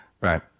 Right